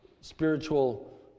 spiritual